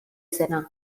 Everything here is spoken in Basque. zena